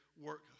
work